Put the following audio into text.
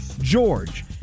George